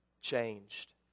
Changed